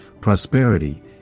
prosperity